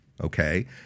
okay